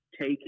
take